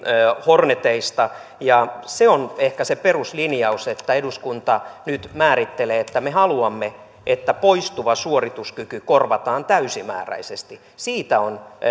horneteista se on ehkä se peruslinjaus että eduskunta nyt määrittelee että me haluamme että poistuva suorituskyky korvataan täysimääräisesti siitä on